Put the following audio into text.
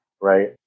right